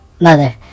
Mother